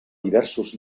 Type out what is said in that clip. diversos